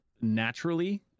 naturally